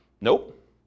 Nope